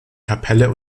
kapelle